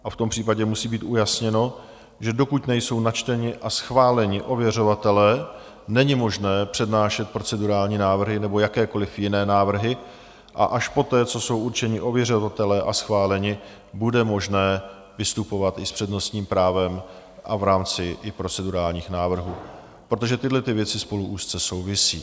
A v tom případě musí být ujasněno, že dokud nejsou načteni a schváleni ověřovatelé, není možné přednášet procedurální návrhy nebo jakékoli jiné návrhy, a až poté, co jsou určeni a schváleni ověřovatelé, bude možné vystupovat i s přednostním právem a i v rámci procedurálních návrhů, protože tyhlety věci spolu úzce souvisí.